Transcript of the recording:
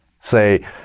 Say